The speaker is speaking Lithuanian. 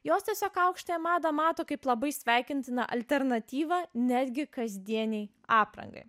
jos tiesiog aukštąją madą mato kaip labai sveikintiną alternatyvą netgi kasdienei aprangai